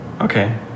Okay